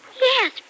Yes